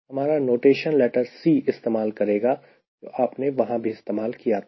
हमारा notation letter C इस्तेमाल करेगा जो आपने वहां भी इस्तेमाल किया था